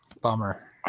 bummer